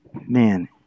man